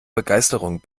begeisterung